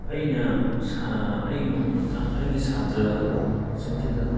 ꯑꯩꯅ ꯑꯩꯒꯤ ꯃꯇꯥꯡ ꯑꯩꯒꯤ ꯁꯥꯇ꯭ꯔ ꯁꯤꯡꯁꯤꯗ